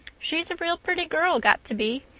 she's a real pretty girl got to be,